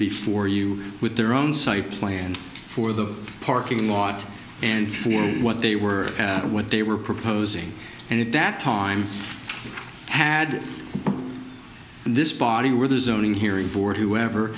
before you with their own site plan for the parking lot and for what they were what they were proposing and at that time you had this body where the zoning hearing board whoever